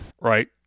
right